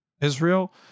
Israel